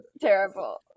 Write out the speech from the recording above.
terrible